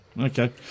Okay